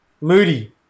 Moody